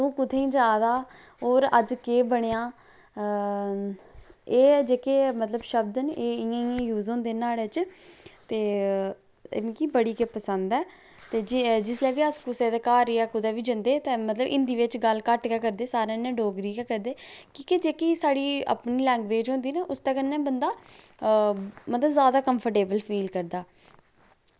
तूं कुत्थें जा दा होर अज्ज केह् बनेआ एह् मतलब जेह्के मतलब शब्द न एह् इंया इंया यूज़ होंदे न्हाड़ै च ते एह् मिगी बड़ी गै पसंद ऐ ते जिसलै बी अस कुसै द घर जां कुदै बी जंदे तां बी मतलब हिंदी चें गल्ल घट्ट गै करदे डोगरी चें गै करदे की के जेह्ड़ी साढ़ी अपनी लैंग्वेज़ होंदी ना उसदे कन्नै बंदा जादै कंर्फ्ट फील करदा